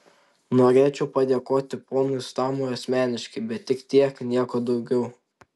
norėčiau padėkoti ponui štamui asmeniškai bet tik tiek nieko daugiau